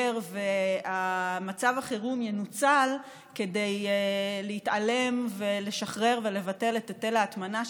ומצב החירום ינוצל כדי להתעלם ולשחרר ולבטל את היטל ההטמנה,